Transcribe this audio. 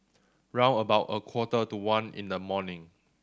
round about a quarter to one in the morning